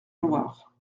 loire